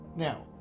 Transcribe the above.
Now